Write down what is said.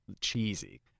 cheesy